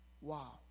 wow